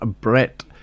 Brett